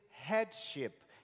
headship